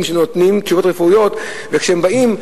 שנותנים תשובות רפואיות כשהם באים,